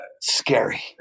scary